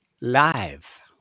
live